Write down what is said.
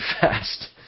fast